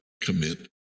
commit